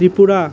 Tripura